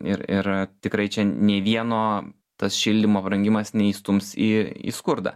ir ir tikrai čia nei vieno tas šildymo brangimas neįstums į į skurdą